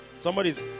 Somebody's